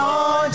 on